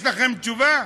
יש לכם תשובה?